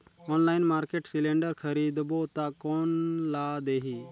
Online market cylinder खरीदबो ता कोन ला देही?